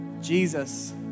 Jesus